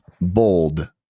bold